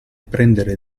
prendere